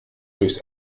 durchs